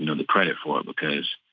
you know the credit for it because,